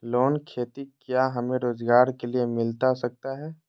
Loan खेती क्या हमें रोजगार के लिए मिलता सकता है?